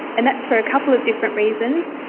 and that's for a couple of different reasons.